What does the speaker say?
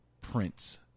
Prince